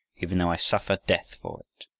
even though i suffer death for it.